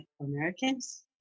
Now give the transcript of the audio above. Americans